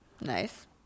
Nice